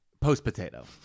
Post-Potato